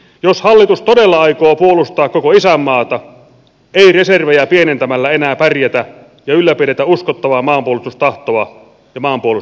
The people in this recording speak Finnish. jos hallitus todella aikoo puolustaa koko isänmaata ei reservejä pienentämällä enää pärjätä ja ylläpidetä uskottavaa maanpuolustustahtoa ja maanpuolustuskykyä